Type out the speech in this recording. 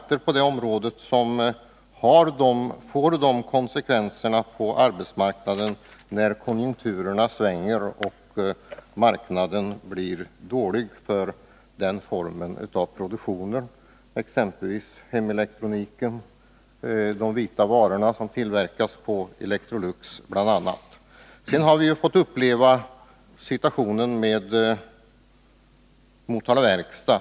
Vi har två Nr 157 giganter i området, och det får konsekvenser på arbetsmarknaden, när konjunkturerna svänger och marknaden blir dålig för de olika formerna av produktion — exempelvis hemelektroniken, de vita varorna som tillverkas av bl.a. Electrolux. Vidare kan anföras situationen vid AB Motala Verkstad.